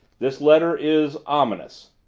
this letter is ominous.